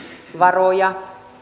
varoja